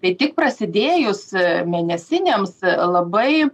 tai tik prasidėjus mėnesinėms labai